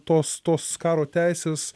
tos tos karo teisės